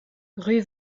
rue